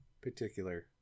particular